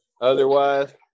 otherwise